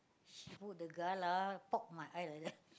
she put the galah poke my eye like that